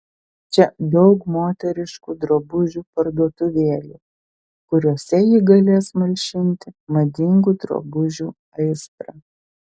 čia daug moteriškų drabužių parduotuvėlių kuriose ji galės malšinti madingų drabužių aistrą